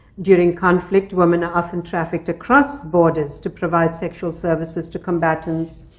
during conflict, women are often trafficked across borders to provide sexual services to combatants.